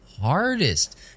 hardest